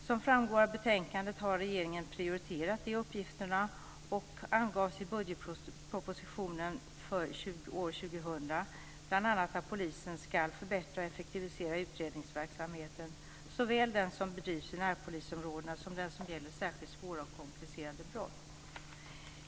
Som framgår av betänkandet har regeringen prioriterat de uppgifterna, och det angavs i budgetpropositionen för år 2000 bl.a. att polisen ska förbättra och effektivisera utredningsverksamheten, såväl den som bedrivs i närpolisområdena som den som gäller särskilt svåra och komplicerade brott.